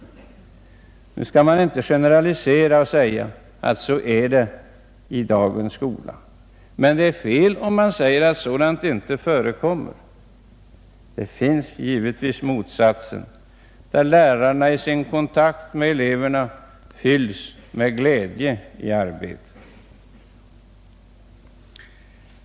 Nu skall man inte generalisera och påstå, att så är det i dagens skola, men det är fel att säga att sådant inte förekommer. Givetvis finns också motsatsen, där lärarna i sin kontakt med eleverna fylls av glädje i arbetet.